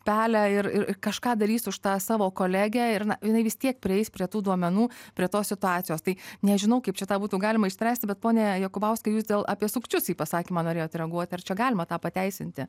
pelę ir ir kažką darys už tą savo kolegę ir na jinai vis tiek prieis prie tų duomenų prie tos situacijos tai nežinau kaip čia tą būtų galima išspręsti bet pone jakubauskai jūs dėl apie sukčius į pasakymą norėjot reaguot ar čia galima tą pateisinti